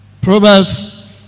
Proverbs